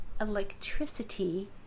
electricity